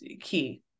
key